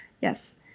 Yes